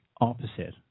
opposite